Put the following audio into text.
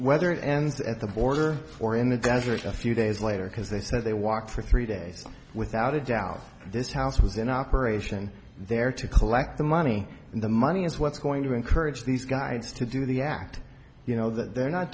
whether it ends at the border or in the desert a few days later because they said they walked for three days without a doubt this house was in operation there to collect the money and the money is what's going to encourage these guides to do the act you know that they're not